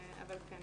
אבל כן,